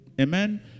amen